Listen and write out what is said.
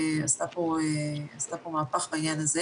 בשמחה, תודה רבה על המצגת היפה והמעניינת.